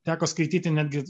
teko skaityti netgi